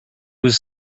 was